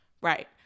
Right